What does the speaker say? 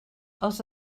els